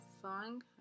song